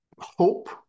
hope